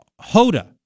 Hoda